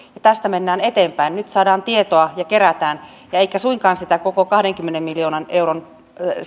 tästä mennään eteenpäin nyt saadaan ja kerätään tietoa eikä suinkaan sitä koko kahdenkymmenen miljoonan euron